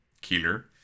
killer